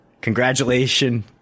Congratulations